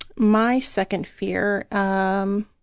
my second fear, um